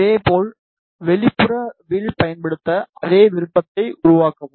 இதேபோல் வெளிப்புற வில் பயன்படுத்த அதே விருப்பத்தை உருவாக்கவும்